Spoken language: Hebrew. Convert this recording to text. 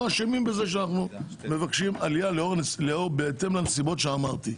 אשמים בזה שאנחנו מבקשים עלייה בהתאם לנסיבות שציינתי.